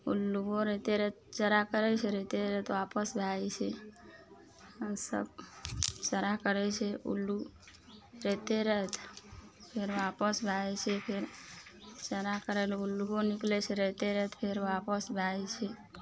उल्लुओ राइते राति चरा करय छै राइते राति वापस भए जाइ छै सब चरा करय छै उल्लू राइते राति फेर वापस भए जाइ छै फेर चरा करय लए उल्लुओ निकलय छै राइते राति फेर वापस भए जाइ छै